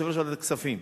יושב-ראש ועדת הכספים,